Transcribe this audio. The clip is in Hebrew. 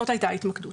זאת הייתה ההתמקדות,